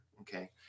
okay